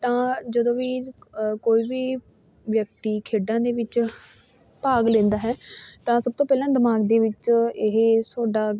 ਤਾਂ ਜਦੋਂ ਵੀ ਕੋਈ ਵੀ ਵਿਅਕਤੀ ਖੇਡਾਂ ਦੇ ਵਿੱਚ ਭਾਗ ਲੈਂਦਾ ਹੈ ਤਾਂ ਸਭ ਤੋਂ ਪਹਿਲਾਂ ਦਿਮਾਗ ਦੇ ਵਿੱਚ ਇਹ ਤੁਹਾਡਾ